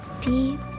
Deep